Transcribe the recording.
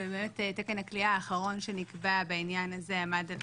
ובאמת תקן הכליאה האחרון שנקבע בעניין הזה עמד על